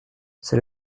c’est